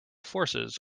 forces